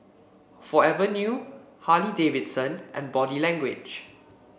Forever New Harley Davidson and Body Language